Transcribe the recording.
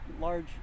large